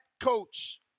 coach